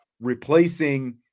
replacing